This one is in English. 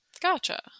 Gotcha